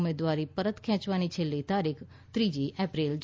ઉમેદવારી પરત ખેંચવાની છેલ્લી તારીખ ત્રીજી એપ્રિલ છે